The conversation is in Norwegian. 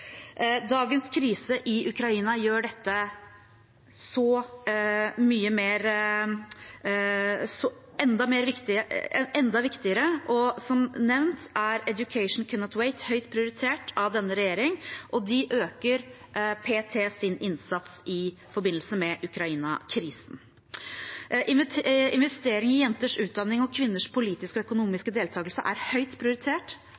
Dagens krise i Ukraina gjør dette enda viktigere, og som nevnt er Education Cannot Wait høyt prioritert av denne regjeringen, og de øker p.t. sin innsats i forbindelse med Ukraina-krisen. Investering i jenters utdanning og kvinners politiske og økonomiske deltakelse er høyt prioritert